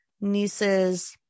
nieces